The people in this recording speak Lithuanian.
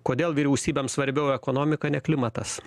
kodėl vyriausybėms svarbiau ekonomika ne klimatas